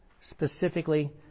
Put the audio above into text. specifically